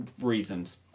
reasons